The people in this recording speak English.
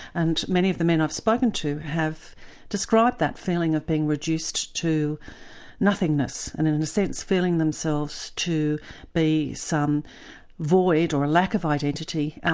and many of the men i've spoken to have described that feeling of being reduced to nothingness, and in in a sense feeling themselves to be some void, or a lack of identity,